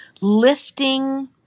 lifting